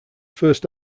first